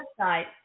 website